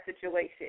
situation